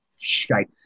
Shite